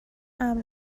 امن